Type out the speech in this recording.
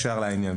רחב,